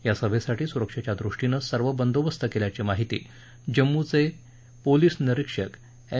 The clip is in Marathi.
या सभेसाठी सुरक्षेच्या दृष्टीनं सर्व बंदोबस्त केल्याची माहिती जम्मूचे पोलिस निरिक्षक एम